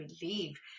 believe